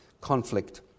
conflict